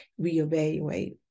reevaluate